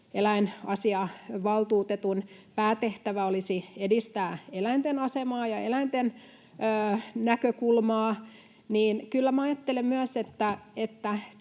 tämän eläinasiavaltuutetun päätehtävä olisi edistää eläinten asemaa ja eläinten näkökulmaa, niin kyllä ajattelen myös,